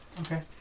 okay